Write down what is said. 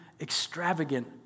extravagant